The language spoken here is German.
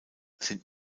sind